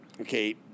okay